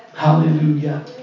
Hallelujah